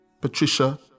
Patricia